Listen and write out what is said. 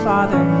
Father